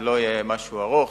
זה לא יהיה משהו ארוך,